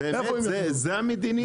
זה המדיניות?